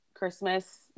Christmas